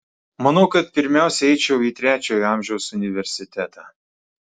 manau kad pirmiausia eičiau į trečiojo amžiaus universitetą